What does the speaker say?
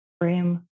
frame